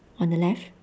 on the left